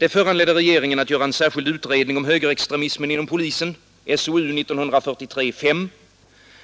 Det föranledde regeringen 11 december 1972 att göra en särskild utredning om högerextremismen inom polisen